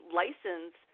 license